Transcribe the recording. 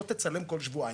בוא תצלם כל שבועיים,